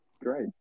Great